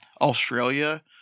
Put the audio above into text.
Australia